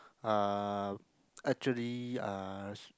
uh actually uh